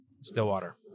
Stillwater